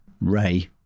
Ray